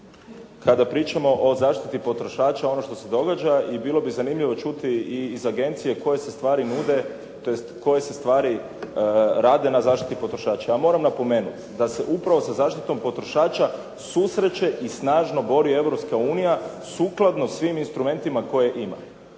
kada pričamo o zaštiti potrošača ono što se događa i bilo bi zanimljivo čuti i iz agencije koje se stvari nude tj. koje se stvari rade na zaštiti potrošača. Ja moram napomenuti da se upravo sa zaštitom potrošača susreće i snažno bori Europska unija sukladno svim instrumentima koje ima.